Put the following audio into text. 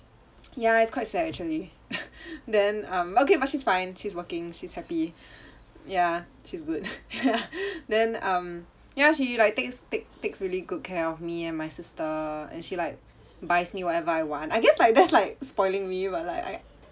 ya it's quite sad actually then um okay but she's fine she's working she's happy ya she's good then um ya she like takes take takes really good care of me and my sister and she like buys me whatever I want I guess like that's like spoiling me but like I